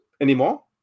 anymore